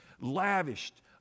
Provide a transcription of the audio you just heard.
Lavished